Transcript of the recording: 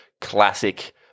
classic